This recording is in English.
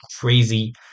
crazy